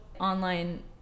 online